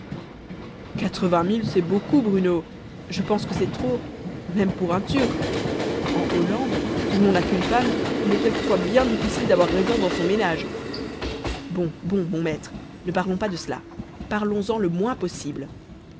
mille c'est beaucoup bruno je pense que c'est trop même pour un turc en hollande où l'on n'a qu'une femme il est quelquefois bien difficile d'avoir raison dans son ménage bon bon mon maître ne parlons pas de cela parlons-en le moins possible